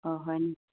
অঁ হয়নি